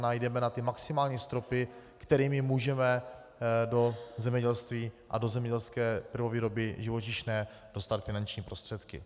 Jdeme na ty maximální stropy, kterými můžeme do zemědělství a do zemědělské prvovýroby živočišné dostat finanční prostředky.